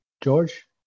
George